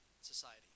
society